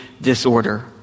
disorder